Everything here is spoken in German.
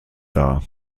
dar